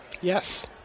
Yes